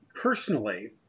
personally